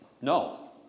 no